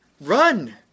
run